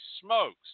smokes